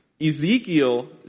Ezekiel